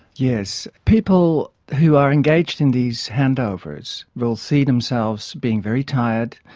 yes. people who are engaged in these handovers will see themselves being very tired,